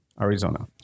Arizona